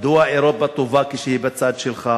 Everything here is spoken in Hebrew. מדוע אירופה טובה כשהיא בצד שלך,